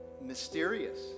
mysterious